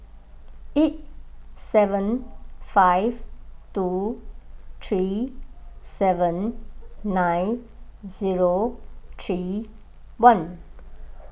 eight seven five two three seven nine zero three one